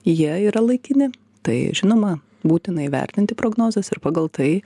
jie yra laikini tai žinoma būtina įvertinti prognozes ir pagal tai